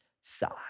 side